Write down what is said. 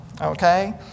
okay